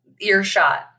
earshot